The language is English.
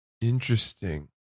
Interesting